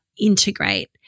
integrate